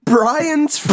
Brian's